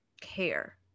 care